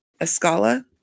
Escala